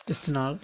ਇਸ ਦੇ ਨਾਲ